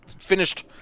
finished